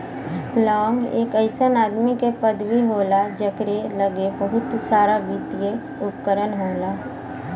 लांग एक अइसन आदमी के पदवी होला जकरे लग्गे बहुते सारावित्तिय उपकरण होला